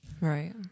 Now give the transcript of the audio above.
Right